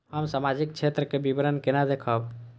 हम सामाजिक क्षेत्र के विवरण केना देखब?